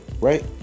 right